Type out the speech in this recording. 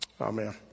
Amen